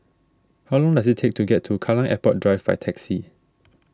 how long does it take to get to Kallang Airport Drive by taxi